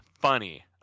funny